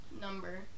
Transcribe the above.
number